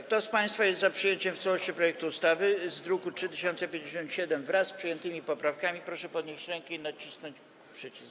Kto z państwa jest za przyjęciem w całości projektu ustawy z druku nr 3057, wraz z przyjętymi poprawkami, proszę podnieść rękę i nacisnąć przycisk.